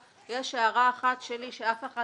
זה זהות מתכנן הפיגומים.